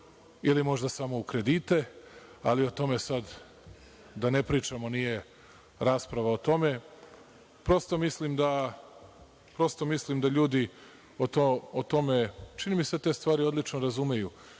ili možda samo u kredite, ali o tome sad da ne pričamo, nije rasprava o tome. Prosto, mislim da ljudi o tome, čini mi se te stvari odlično razumeju. Što